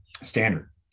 standard